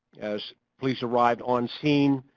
as police arrived on scene,